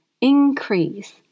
Increase